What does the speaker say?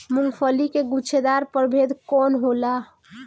मूँगफली के गुछेदार प्रभेद कौन होला?